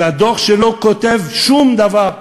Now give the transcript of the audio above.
זה דוח שלא כותב שום דבר,